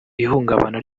ihungabana